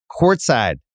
courtside